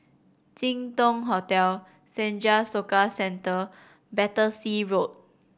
Jin Dong Hotel Senja Soka Centre Battersea Road